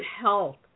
health